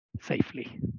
safely